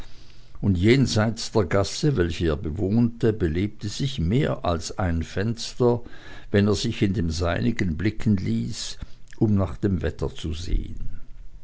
und jenseits der gasse welche er bewohnte belebte sich mehr als ein fenster wenn er sich an dem seinigen blicken ließ um nach dem wetter zu sehen